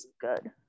good